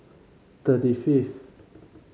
thirty fifth